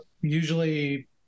usually